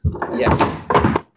yes